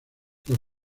los